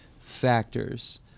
factors